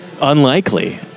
unlikely